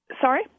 sorry